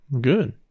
Good